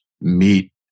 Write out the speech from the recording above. meet